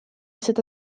seda